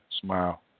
smile